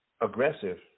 Aggressive